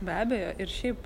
be abejo ir šiaip